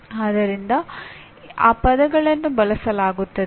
ಆದ್ದರಿಂದ ಆ ಪದಗಳನ್ನು ಬಳಸಲಾಗುತ್ತದೆ